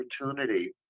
opportunity